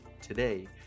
today